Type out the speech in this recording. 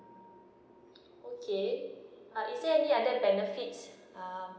okay uh is there any benefits uh